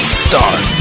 start